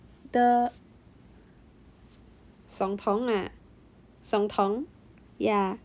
the ah ya